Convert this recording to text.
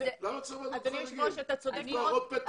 למה צריך ועדת חריגים, לפתוח עוד פתח?